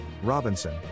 Robinson